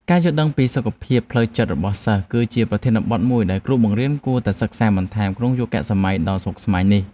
ការយល់ដឹងពីសុខភាពផ្លូវចិត្តរបស់សិស្សគឺជាប្រធានបទមួយដែលគ្រូបង្រៀនគួរតែសិក្សាបន្ថែមក្នុងយុគសម័យដ៏ស្មុគស្មាញនេះ។